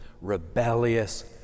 rebellious